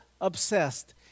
obsessed